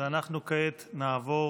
וכעת נעבור